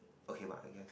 okay what I guess